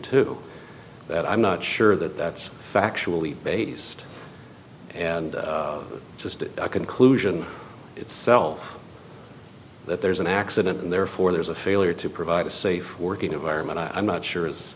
to that i'm not sure that that's factually based and just a conclusion itself that there is an accident and therefore there's a failure to provide a safe working environment i'm not sure is